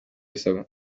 bisabwa